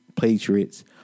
Patriots